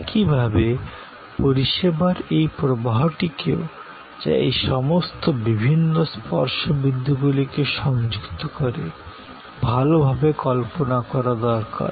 একইভাবে পরিষেবার এই প্রবাহটিকেও যা এই সমস্ত বিভিন্ন স্পর্শ বিন্দুগুলিকে সংযুক্ত করে ভালভাবে কল্পনা করা দরকার